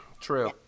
True